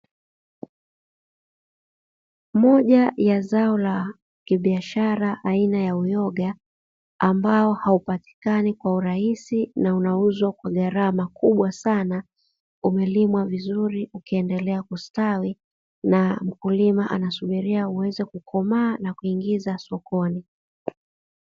Moja ya zao la kibiashara aina ya uyoga ambao haupatikani kwa urahisi na unauzwa kwa gharama kubwa sana, umelimwa vizuri ukiendelea kustawi na mkulima anasubiria uweze kukomaa na kuingiza sokoni.